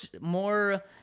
more